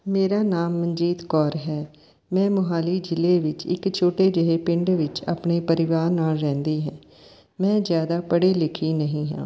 ਮੇਰਾ ਨਾਮ ਮਨਜੀਤ ਕੌਰ ਹੈ ਮੈਂ ਮੋਹਾਲੀ ਜ਼ਿਲ੍ਹੇ ਵਿੱਚ ਇੱਕ ਛੋਟੇ ਜਿਹੇ ਪਿੰਡ ਵਿੱਚ ਆਪਣੇ ਪਰਿਵਾਰ ਨਾਲ਼ ਰਹਿੰਦੀ ਹੈ ਮੈਂ ਜ਼ਿਆਦਾ ਪੜ੍ਹੀ ਲਿਖੀ ਨਹੀਂ ਹਾਂ